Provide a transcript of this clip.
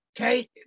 okay